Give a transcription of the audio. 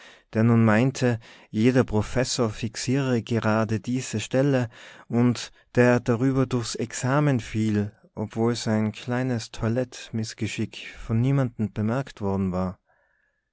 der nun meinte jeder professor fixiere gerade diese stelle und der darüber durchs examen fiel obwohl sein kleines toilettemißgeschick von niemandem bemerkt worden war